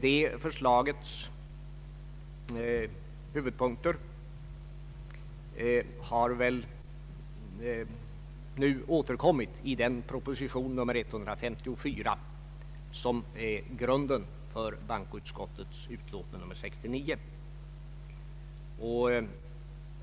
Det förslagets huvudpunkter har väl nu återkommit i den proposition, nr 154, som är grunden för bankoutskottets utlåtande nr 69.